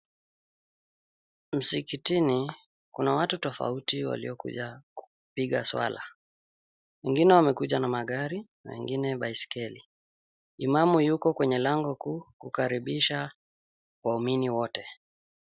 Msikitini kuna watu tofauti waliokuja kupiga swala. Wengine wamekuja na magari, na wengine baiskeli, Imamu yuko kwenye lango kuu kukaribisha waumini wote.